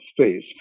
space